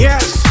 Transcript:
Yes